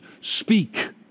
speak